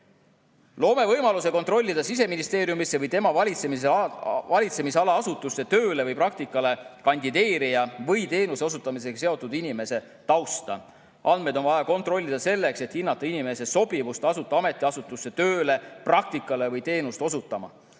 Loome võimaluse kontrollida Siseministeeriumisse või tema valitsemisala asutustesse tööle või praktikale kandideerija või teenuse osutamisega seotud inimese tausta. Andmeid on vaja kontrollida selleks, et hinnata inimese sobivust asuda ametiasutusse tööle, praktikale või teenust osutama.